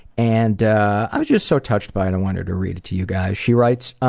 and i was just so touched by it i wanted to read it to you guys. she writes,